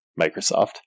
Microsoft